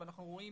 אנחנו רואים